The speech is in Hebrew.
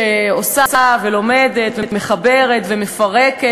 שעושה ולומדת ומחברת ומפרקת,